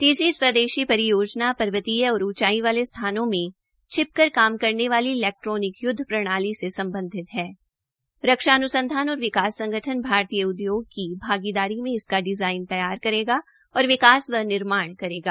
तीसरी स्वदेशी परियोजना पर्वतीय और ऊचाई वाले स्थानों में छिप कर काम करने वाली इलक्ष्ट्रोनिक प्रणाली से सम्बधित हण रक्षा अन्संधान और विकास संगठन भारतीय उद्योग की भागीदारी में इसका डिजाइन तष्टार करेगा और विकास व निर्माण करेगा